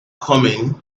coming